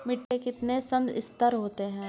मिट्टी के कितने संस्तर होते हैं?